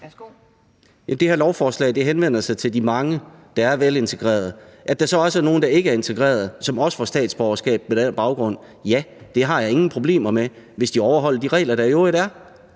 Det her lovforslag henvender sig til de mange, der er velintegrerede. At der så også er nogle, der ikke er integrerede, som også får statsborgerskab med den baggrund, ja, det har jeg ingen problemer med, hvis de overholder de regler, der i øvrigt er.